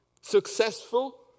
successful